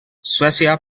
suècia